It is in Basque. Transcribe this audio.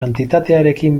kantitatearekin